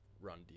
run